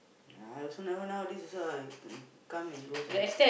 ya I also now nowadays also I can come and go some